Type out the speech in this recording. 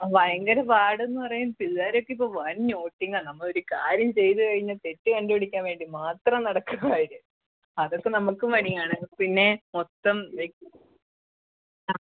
ഭയങ്കര പാടെന്ന് പറയാന് പിള്ളേർ ഒക്കെ ഇപ്പോൾ വന് നോട്ടിങ്ങ് ആണ് നമ്മൾ ഒരു കാര്യം ചെയ്ത് കഴിഞ്ഞാൽ തെറ്റ് കണ്ടുപിടിക്കാന് വേണ്ടി മാത്രം നടക്കുവാണ് അവർ അതൊക്കെ നമുക്കും പണിയാണ് പിന്നെ മൊത്തം എ ആ